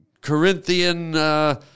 Corinthian